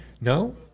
No